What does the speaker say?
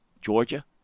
Georgia